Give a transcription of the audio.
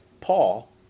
Paul